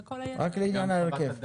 לכל היתר --- רק לעניין ההרכב.